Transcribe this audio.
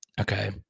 okay